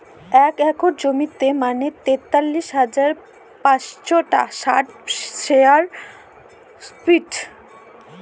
এক একর জমি মানে তেতাল্লিশ হাজার পাঁচশ ষাট স্কোয়ার ফিট